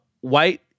White